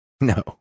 No